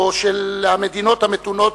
או של המדינות המתונות